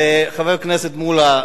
וחבר הכנסת מולה,